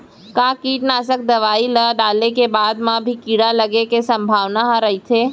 का कीटनाशक दवई ल डाले के बाद म भी कीड़ा लगे के संभावना ह रइथे?